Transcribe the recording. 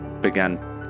began